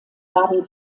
baden